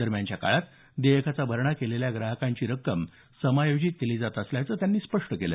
दरम्यानच्या काळात देयकाचा भरणा केलेल्या ग्राहकांची रक्कम समायोजित केली जात असल्याचं त्यांनी स्पष्ट केलं